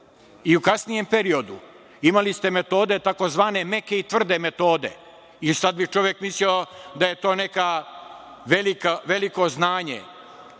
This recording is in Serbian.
i u kasnijem periodu. Imali ste metode tzv. meke i tvrde metode. Sad bi čovek mislio da je to neko veliko znanje